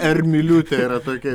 r miliūtė yra tokia